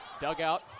Dugout